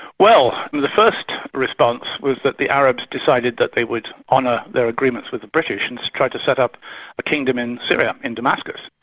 well the first response was that the arabs decided that they would honour their agreements with the british and tried to set up a kingdom in syria, in damascus.